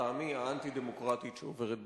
לטעמי האנטי-דמוקרטית שעוברת בכנסת.